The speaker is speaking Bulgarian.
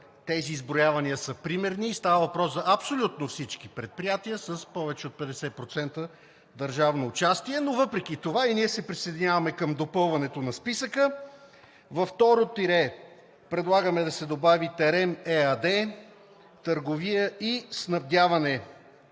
тези изброявания са примерни и става въпрос за абсолютно всички предприятия с повече от 50% държавно участие, но въпреки това и ние се присъединяваме към допълването на списъка. Във второ тире предлагаме да се добави „Терем“ ЕАД, „Търговия и снабдяване“